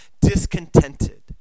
discontented